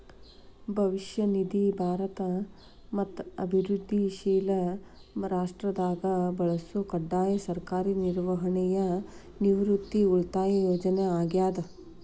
ಭವಿಷ್ಯ ನಿಧಿ ಭಾರತ ಮತ್ತ ಅಭಿವೃದ್ಧಿಶೇಲ ರಾಷ್ಟ್ರದಾಗ ಬಳಸೊ ಕಡ್ಡಾಯ ಸರ್ಕಾರಿ ನಿರ್ವಹಣೆಯ ನಿವೃತ್ತಿ ಉಳಿತಾಯ ಯೋಜನೆ ಆಗ್ಯಾದ